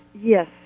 Yes